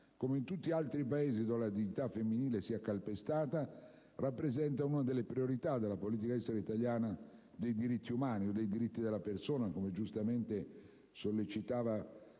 come in tutti gli altri Paesi dove la dignità femminile sia calpestata, rappresenta una delle priorità della politica estera italiana dei diritti umani, o dei diritti della persona, come giustamente precisava